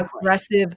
aggressive